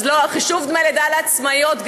חישוב דמי לידה לעצמאיות,